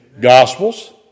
gospels